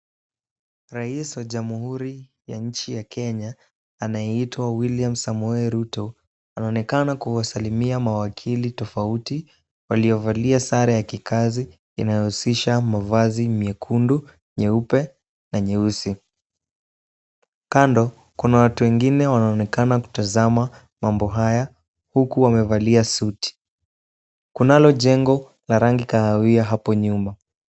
Rais wa jamhuri ya nchi ya Kenya anayeitwa William Samoei Ruto anaonekana kuwasalimia mawakili tofauti waliovalia sare ya kikazi inayohusisha mavazi miekundu, nyeupe na nyeusi. Kando, kuna watu wengine wanaonekana kutazama mambo haya huku wamevalia suti. Kunalo jengo la rangi kahawia hapo nyuma.